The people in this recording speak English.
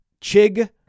Chig